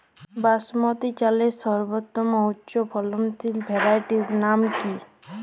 বাসমতী চালের সর্বোত্তম উচ্চ ফলনশীল ভ্যারাইটির নাম কি?